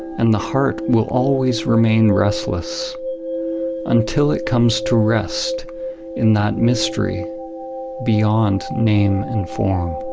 and the heart will always remain restless until it comes to rest in that mystery beyond name and form.